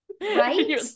Right